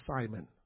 Simon